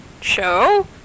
show